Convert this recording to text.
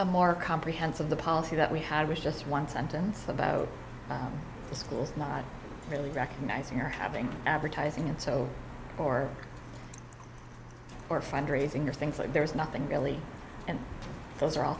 a more comprehensive the policy that we had was just one sentence about the schools not really recognizing or having advertising and so for or fundraising or things like there's nothing really and those are all